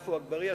עפו אגבאריה,